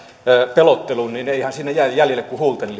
pelottelun eihän sinne jää jäljelle kuin huulten